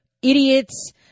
Idiots